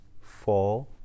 four